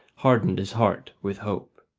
hardened his heart with hope.